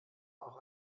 auch